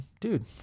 dude